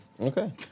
Okay